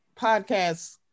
podcasts